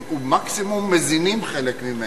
הם מקסימום מזינים חלק ממנה.